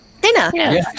Dinner